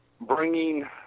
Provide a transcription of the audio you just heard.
bringing